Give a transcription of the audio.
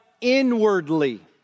inwardly